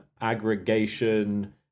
aggregation